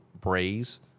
braise